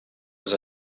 was